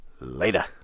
later